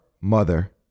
mother